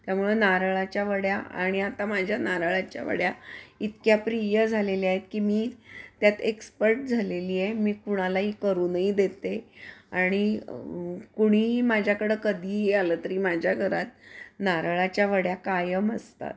त्यामुळं नारळाच्या वड्या आणि आता माझ्या नारळाच्या वड्या इतक्या प्रिय झालेल्यात की मी त्यात एक्सपर्ट झालेली आहे मी कुणालाही करूनही देते आणि कुणीही माझ्याकडं कधीही आलं तरी माझ्या घरात नारळाच्या वड्या कायम असतात